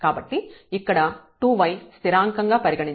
కాబట్టి ఇక్కడ 2y స్థిరాంకం గా పరిగణించబడుతుంది